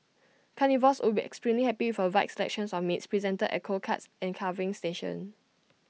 carnivores would be extremely happy for wide selection of meats presented at cold cuts and carving station